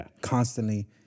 constantly